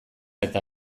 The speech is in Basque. eta